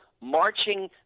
marching